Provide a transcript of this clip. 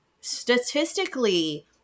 statistically